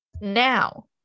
Now